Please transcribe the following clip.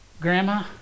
Grandma